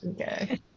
okay